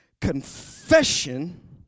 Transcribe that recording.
confession